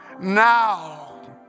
now